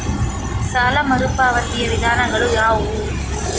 ಸಾಲ ಮರುಪಾವತಿಯ ವಿಧಾನಗಳು ಯಾವುವು?